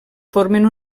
formen